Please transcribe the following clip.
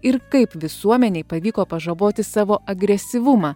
ir kaip visuomenei pavyko pažaboti savo agresyvumą